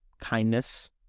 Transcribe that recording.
kindness